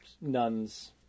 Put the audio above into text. nun's